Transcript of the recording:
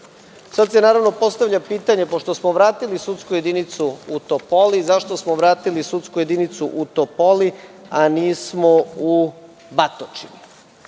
Sada se naravno postavlja pitanje, pošto smo vratili sudsku jedinicu u Topolu, zašto smo vratili sudsku jedinicu u Topoli a nismo u Batočini?